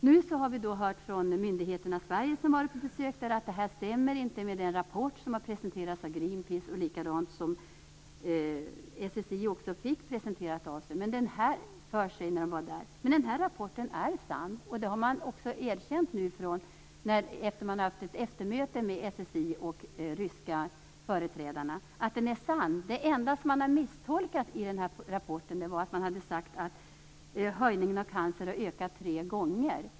Nu har vi hört från svenska myndigheter som har varit på besök där att detta inte stämmer med den rapport som har presenterats av Greenpeace. SSI fick den presenterad för sig när man var där. Men denna rapport är sann! Det har man också erkänt efter att ha hållit ett eftermöte med SSI och de ryska företrädarna. Det enda som är misstolkat i rapporten är att antalet cancerfall har ökat tre gånger.